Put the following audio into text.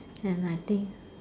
and I think